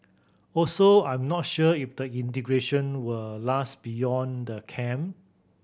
also I'm not sure if the integration will last beyond the camp